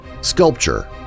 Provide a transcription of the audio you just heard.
sculpture